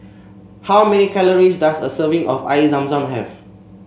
how many calories does a serving of Air Zam Zam have